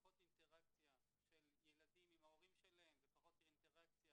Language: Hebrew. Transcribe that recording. פחות אינטראקציה של ילדים עם ההורים שלהם ופחות אינטראקציה